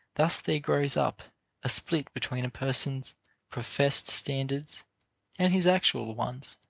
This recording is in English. thus there grows up a split between a person's professed standards and his actual ones.